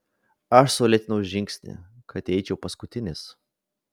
aš sulėtinau žingsnį kad įeičiau paskutinis